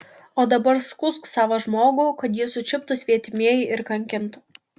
o dabar skųsk savą žmogų kad jį sučiuptų svetimieji ir kankintų